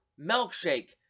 milkshake